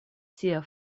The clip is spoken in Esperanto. sia